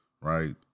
right